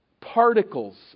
particles